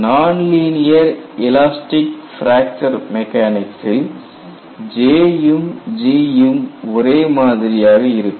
nonlinear elastic fracture மெக்கானிக்சில் J யும் G யும் ஒரே மாதிரியாக இருக்கும்